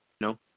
no